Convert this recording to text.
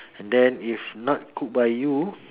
and then if not cooked by you